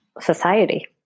society